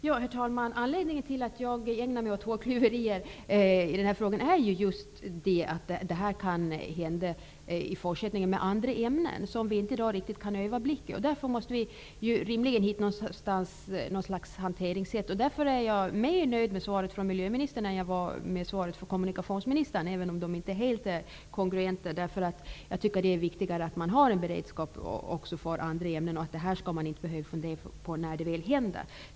Herr talman! Anledningen till att jag ägnar mig åt hårklyverier i den här frågan är just att liknande händelser kan inträffa med andra ämnen, som vi i dag inte riktigt kan överblicka. Vi måste rimligen hitta något slags hanteringssätt. Därför är jag mera nöjd med svaret från miljöministern än med svaret från kommunikationsministern, även om de inte är helt kongruenta. Jag tycker att det är viktigare att ha en beredskap också för andra ämnen och att man inte skall behöva fundera på sådana saker när olyckan väl händer.